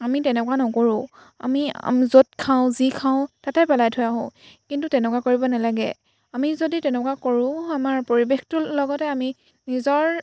আমি তেনেকুৱা নকৰোঁ আমি য'ত খাওঁ যি খাওঁ তাতে পেলাই থৈ আহোঁ কিন্তু তেনেকুৱা কৰিব নালাগে আমি যদি তেনেকুৱা কৰোঁ আমাৰ পৰিৱেশটোৰ লগতে আমি নিজৰ